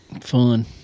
Fun